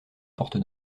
porte